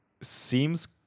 seems